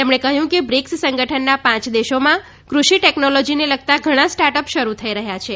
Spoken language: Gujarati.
તેમણે કહ્યું કે બ્રિક્સ સંગઠનના પાંચ દેશોમાં કૃષિ ટેકનોલોજીને લગતાં ઘણા સ્ટાર્ટ અપ શરૂ થઈ રહ્યા છે